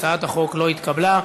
הצעת החוק לא התקבלה.